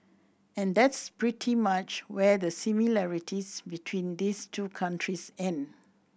and that's pretty much where the similarities between these two countries end